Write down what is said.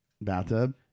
bathtub